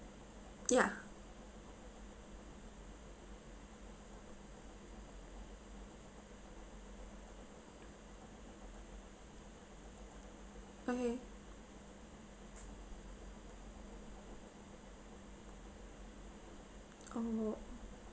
ya okay oh